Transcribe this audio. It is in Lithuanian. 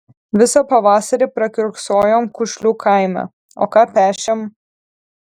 visą pavasarį prakiurksojom kušlių kaime o ką pešėm